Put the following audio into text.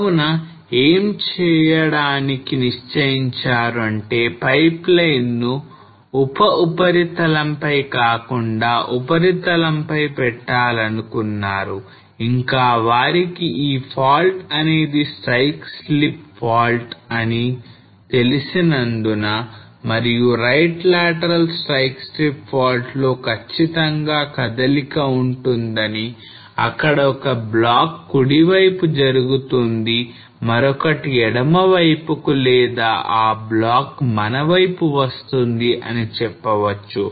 కావున ఏం చేయడానికి నిశ్చయించారు అంటే పైప్ లైన్ ను ఉప ఉపరితలంపై కాకుండా ఉపరితలంపై పెట్టాలనుకున్నారు ఇంకా వారికి ఈ fault అనేది strike slip fault అని తెలిసినందున మరియు right lateral strike slip faults లో ఖచ్చితంగా కదలిక ఉంటుందని అక్కడ ఒక బ్లాక్ కుడివైపు జరుగుతుంది మరొకటి ఎడమవైపుకు లేదా ఆ బ్లాక్ మన వైపు వస్తుంది అని చెప్పవచ్చు